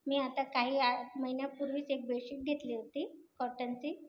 मी आता काही आठ महिन्यापूर्वीच एक बेळशीट घेतली होती कॉटनची